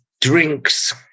drinks